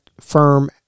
firm